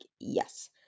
yes